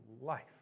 life